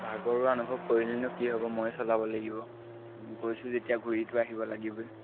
ভাগৰুৱা অনুভৱ কৰিলেনো কি হ'ব ময়ে চলাব লাগিব গৈছোঁ যেতিয়া ঘূৰিতো আহিব লাগিবই